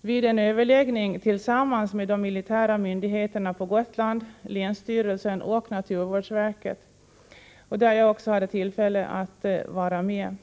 vid en överläggning tillsammans med de militära myndigheterna på Gotland, länsstyrelsen och naturvårdsverket och där även jag hade tillfälle att vara med.